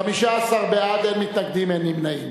15 בעד, אין מתנגדים, אין נמנעים.